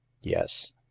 yes